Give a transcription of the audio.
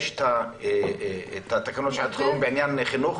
יש את התקנות שעת חירום בעניין החינוך?